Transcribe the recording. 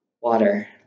water